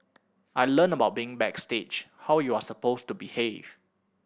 I learnt about being backstage how you are supposed to behave